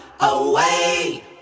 away